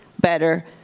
better